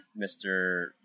Mr